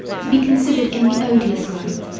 to be considered in the odious light,